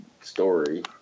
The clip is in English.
story